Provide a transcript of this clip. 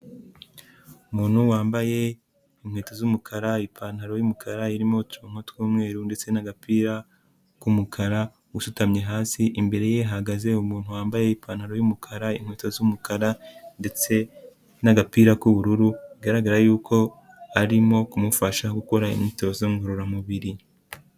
Umuntu wambaye inkweto z'umukara, ipantaro y'umukara irimo uturongo tw'umweru ndetse n'agapira k'umukara usutamye hasi, imbere ye hahagaze umuntu wambaye ipantaro y'umukara inkweto z'umukara ndetse n'agapira k'ubururu kagaragara yuko arimo kumufasha gukora imyitozo ngororamubiri.